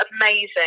amazing